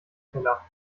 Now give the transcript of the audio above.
keller